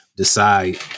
Decide